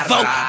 Vote